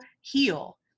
heal